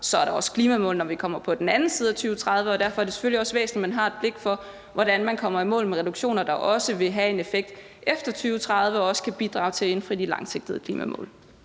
er der også klimamål, når vi kommer på den anden side af 2030, og derfor er det selvfølgelig også væsentligt, at man har et blik for, hvordan man kommer i mål med reduktioner, der også vil have en effekt efter 2030 og også kan bidrage til at indfri de langsigtede klimamål.